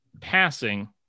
passing